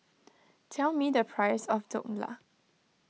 tell me the price of Dhokla